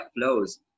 flows